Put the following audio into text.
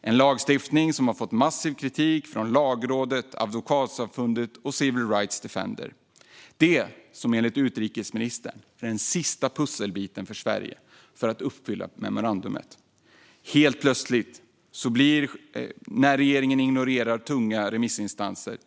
Det är en lagstiftning som fått massiv kritik från Lagrådet, Advokatsamfundet och Civil Rights Defenders, och som enligt utrikesministern skulle vara den sista pusselbiten för Sverige för att uppfylla memorandumet. Helt plötsligt när regeringen ignorerar tunga remissinstanser